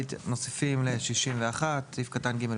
ביצוע ותקנות 61. (ג)